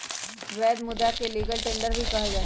वैध मुदा के लीगल टेंडर भी कहल जाहई